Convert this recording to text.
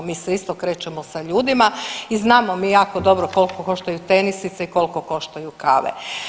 Mi se isto krećemo sa ljudima i znamo mi jako dobro koliko koštaju tenisice i koliko koštaju kave.